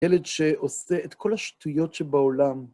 ילד שעושה את כל השטויות שבעולם.